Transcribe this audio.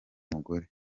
mugore